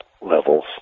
levels